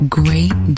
great